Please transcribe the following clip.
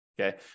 okay